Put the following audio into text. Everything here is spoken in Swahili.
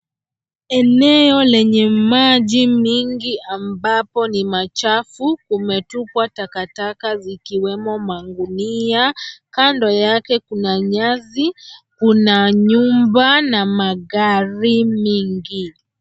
Eneo lenye maji mengi ambapo ni machafu umetupwa takataka zikiwemo magunia. Kando yake kuna nyasi, kuna nyumba na magari mingi.